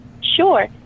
Sure